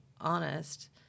honest